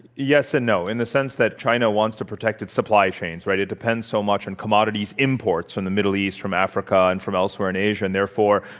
yes and no in the sense that already china wants to protect its supply chains, right? it depends so much on commodity's imports from the middle east, from africa, and from elsewhere in asia. and therefore,